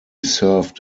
served